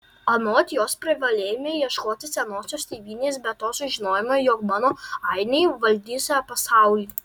anot jos privalėjome ieškoti senosios tėvynės be to sužinojome jog mano ainiai valdysią pasaulį